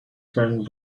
friend